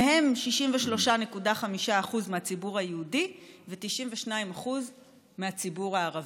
מהם 63.5% מהציבור היהודי ו-92% מהציבור הערבי.